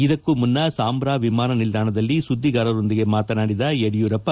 ಇದಕ್ಕೂ ಮುನ್ನಾ ಸಾಂಬ್ರಾ ವಿಮಾನ ನಿಲ್ದಾಣದಲ್ಲಿ ಸುದ್ದಿಗಾರರೊಂದಿಗೆ ಮಾತನಾದಿದ ಯಡಿಯೂರಪ್ಪ